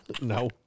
No